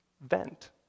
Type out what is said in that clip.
vent